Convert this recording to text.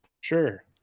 Sure